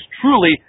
truly